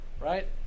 Right